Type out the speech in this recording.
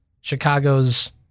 Chicago's